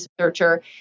researcher